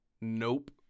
Nope